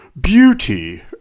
beauty